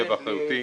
זה באחריותי.